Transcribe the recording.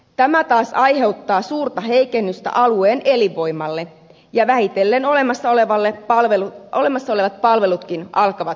tämä taas aiheuttaa suurta heikennystä alueen elinvoimalle ja vähitellen olemassa olevat palvelutkin alkavat supistua